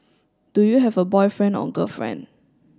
do you have a boyfriend or girlfriend